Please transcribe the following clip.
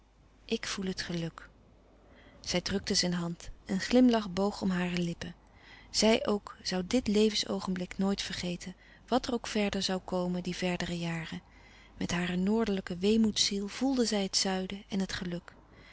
ik voel het geluk zij drukte zijn hand een glimlach boog om hare lippen zij ook zoû dit levensoogenblik nooit vergeten wat er ook verder zoû komen die verdere jaren met hare noordelijke weemoedsziel voelde zij het zuiden en het geluk